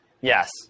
Yes